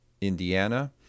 Indiana